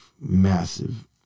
massive